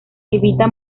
evita